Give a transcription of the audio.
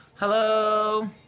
Hello